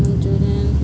Manchurian